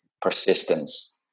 persistence